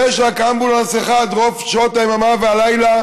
יש רק אמבולנס אחד רוב שעות היממה והלילה,